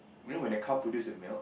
you know when the cow produce the milk